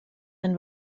ein